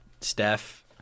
Steph